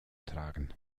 tragen